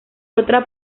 otra